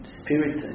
spirit